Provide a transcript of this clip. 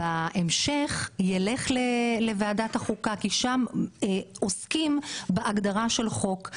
בהמשך ילך לוועדת החוקה כי שם עוסקים בהגדרה של חוק.